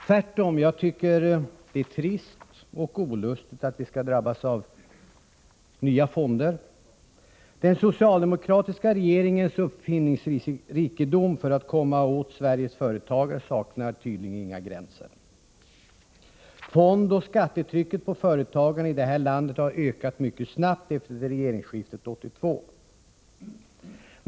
Tvärtom tycker jag att det är trist och olustigt att vi skall drabbas av nya fonder. Den socialdemokratiska regeringens uppfinningsrikedom för att komma åt Sveriges företagare saknar tydligen inga gränser. Fondoch skattetrycket på företagarna i det här landet har ökat mycket snabbt efter regeringsskiftet 1982.